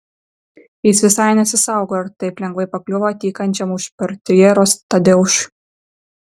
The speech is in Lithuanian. jis visai nesisaugojo ir taip lengvai pakliuvo tykančiam už portjeros tadeušui